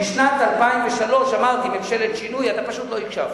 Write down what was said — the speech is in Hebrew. משנת 2003, אמרתי ממשלת שינוי, אתה פשוט לא הקשבת.